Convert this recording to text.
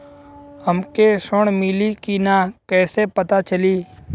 हमके ऋण मिली कि ना कैसे पता चली?